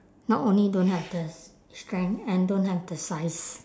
not only don't have the strength and don't have the size